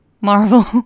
Marvel